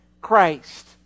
Christ